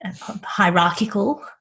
hierarchical